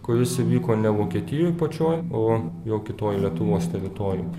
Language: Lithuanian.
kuris įvyko ne vokietijoj pačioj o jau kitoj lietuvos teritorijoj